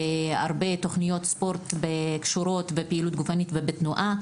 והרבה תכניות ספורט קשורות לפעילות גופנית ולתנועה.